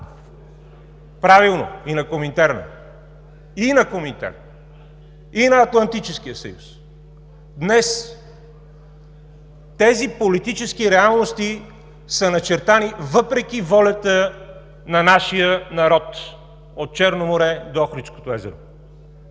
Правилно, и на Коминтерна! И на Коминтерна, и на Атлантическия съюз! Днес тези политически реалности са начертани въпреки волята на нашия народ от Черно море до Охридското езеро.